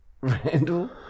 Randall